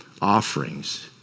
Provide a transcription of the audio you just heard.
offerings